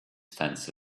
fancy